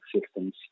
systems